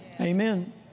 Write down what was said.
Amen